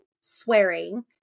swearing